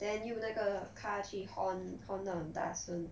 then 又那个 car 去 horn horn 到很大声